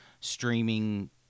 streaming